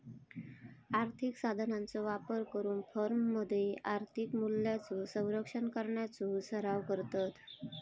आर्थिक साधनांचो वापर करून फर्ममध्ये आर्थिक मूल्यांचो संरक्षण करण्याचो सराव करतत